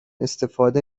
استفاده